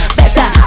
better